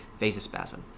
vasospasm